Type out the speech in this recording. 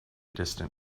distant